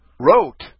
wrote